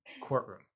courtroom